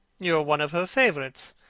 you are one of her favourites,